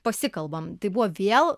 pasikalbam tai buvo vėl